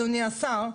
אדוני השר,